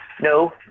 no